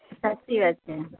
સાચી વાત છે